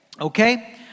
okay